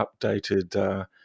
updated